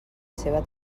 seva